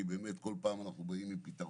הדבר